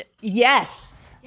Yes